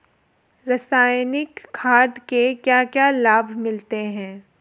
रसायनिक खाद के क्या क्या लाभ मिलते हैं?